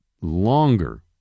longer